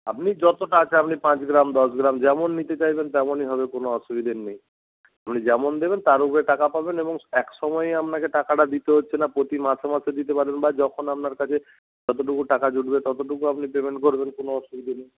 আপনি যতটা আছে আপনি পাঁচ গ্রাম দশ গ্রাম যেমন নিতে চাইবেন তেমনই হবে কোনো অসুবিধের নেই মানে যেমন দেবেন তার ওপরে টাকা পাবেন এবং এক সময়েই আপনাকে টাকাটা দিতে হচ্ছে না প্রতি মাসে মাসে দিতে পারবেন বা যখন আপনার কাছে যতটুকু টাকা জুটবে ততটুকু আপনি দেবেন কোনো অসুবিধে নেই